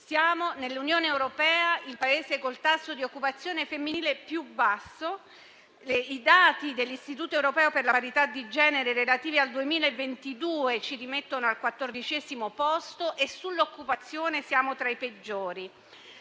dell'Unione europea siamo il Paese con il tasso di occupazione femminile più basso. I dati dell'Istituto europeo per la parità di genere relativi al 2022 ci posizionano al quattordicesimo posto e sull'occupazione siamo tra i peggiori.